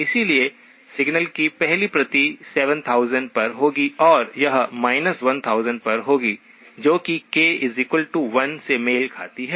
इसलिए सिग्नल की पहली प्रति 7000 पर होगी और यह 1000 पर होगी जो कि k 1 से मेल खाती है